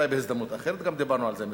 אולי בהזדמנות אחרת, גם דיברנו על זה קודם,